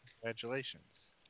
Congratulations